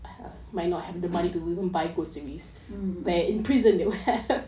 mmhmm